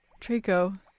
Traco